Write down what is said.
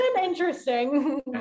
interesting